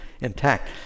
intact